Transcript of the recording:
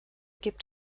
gibt